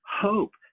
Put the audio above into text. hope